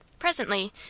Presently